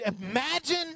imagine